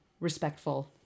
respectful